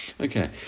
Okay